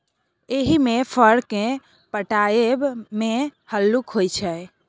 एहिमे फर केँ पटाएब मे हल्लुक होइ छै